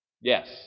Yes